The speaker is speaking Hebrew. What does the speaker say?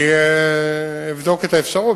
אני אבדוק את האפשרות.